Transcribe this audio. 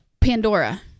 Pandora